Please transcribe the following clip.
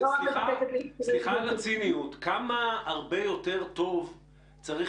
סליחה על הציניות כמה הרבה יותר טוב צריך